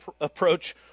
approach